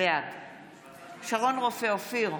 בעד שרון רופא אופיר,